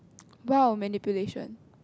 !wow! manipulation